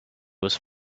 was